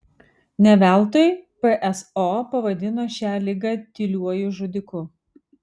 ne veltui pso pavadino šią ligą tyliuoju žudiku